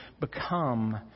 become